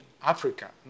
Africa